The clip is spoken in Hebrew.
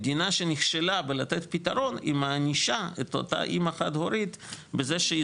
המדינה נכשלה בלתת פתרון - והיא מענישה את אותה אימא חד הורית בזה שהיא